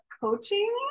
coaching